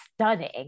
stunning